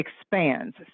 expands